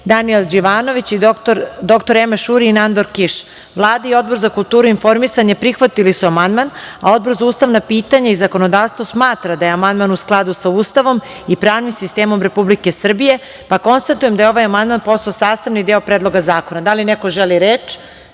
Danijel Đivanović, dr Emeše Uri i Nandor Kiš. Vlada i Odbor za kulturu i informisanje prihvatili su amandman. Odbor za ustavna pitanja i zakonodavstvo smatraju da je amandman u skladu sa Ustavom i pravnim sistemom Republike Srbije. Konstatujem da je ovaj amandman postao sastavni deo Predloga zakona. Da li neko želi reč? Za